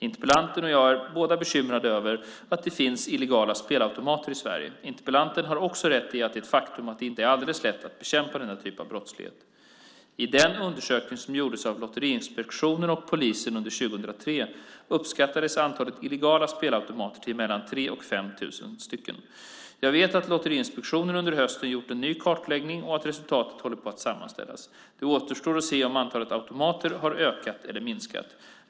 Interpellanten och jag är båda bekymrade över att det finns illegala spelautomater i Sverige. Interpellanten har också rätt i det faktum att det inte är alldeles lätt att bekämpa denna typ av brottslighet. I den undersökning som gjordes av Lotteriinspektionen och polisen under 2003 uppskattades antalet illegala spelautomater till mellan 3 000 och 5 000 stycken. Jag vet att Lotteriinspektionen under hösten gjort en ny kartläggning och att resultatet håller på att sammanställas. Det återstår att se om antalet automater har ökat eller minskat.